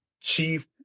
chief